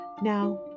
Now